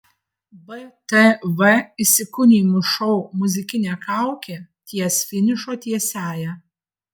btv įsikūnijimų šou muzikinė kaukė ties finišo tiesiąja